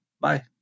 Bye